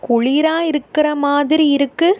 குளிராக இருக்கிற மாதிரி இருக்குது